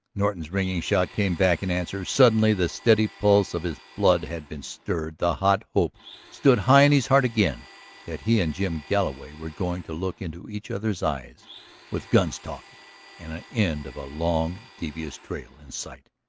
norton's ringing shout came back in answer. suddenly the steady pulse of his blood had been stirred, the hot hope stood high in his heart again that he and jim galloway were going to look into each other's eyes with guns talking and an end of a long devious trail in sight.